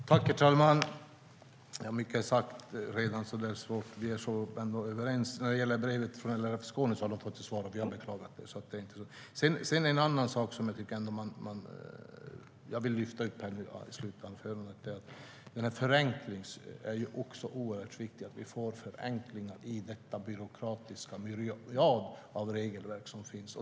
Jag vill lyfta upp en annan sak i mitt slutanförande. Det är oerhört viktigt att vi får förenklingar i detta byråkratiska regelverk med den myriad regler som finns.